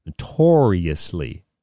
notoriously